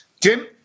Jim